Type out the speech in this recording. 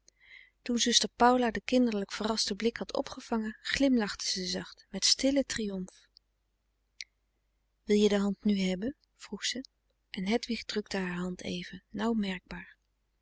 toen zuster paula den kinderlijk verrasten blik had opgevangen glimlachte ze zacht met stillen triomf wil je de hand nu hebben vroeg ze en hedwig drukte haar hand even nauw merkbaar